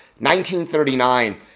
1939